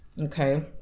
okay